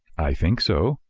i think so.